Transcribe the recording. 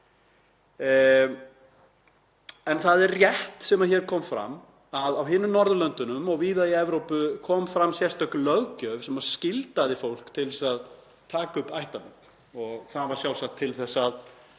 En það er rétt sem hér kom fram að á hinum Norðurlöndunum og víða í Evrópu kom fram sérstök löggjöf sem skyldaði fólk til að taka upp ættarnöfn. Það var sjálfsagt mestmegnis